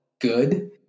good